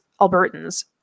Albertans